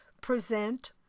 present